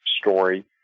story